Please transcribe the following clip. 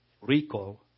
recall